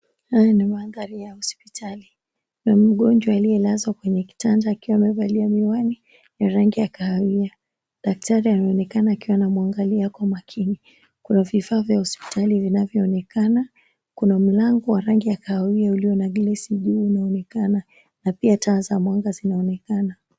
Haya ni mandhari ya hospitali. Kuna mgonjwa aliyelazwa kwenye kitanda akiwa amevalia miwani ya rangi ya kahawia. Daktari anaonekana akiwa anamwangalia kwa makini. Kuna vifaa vya hospitali vinavyoonekana, kuna mlango wa rangi ya kahawia uliona glesi juu unaonenakana na pia taa za mwanga zinaonekana.